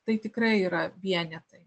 tai tikrai yra vienetai